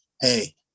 hey